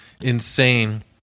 insane